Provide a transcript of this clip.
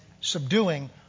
subduing